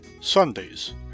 Sundays